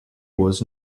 was